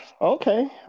Okay